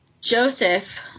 Joseph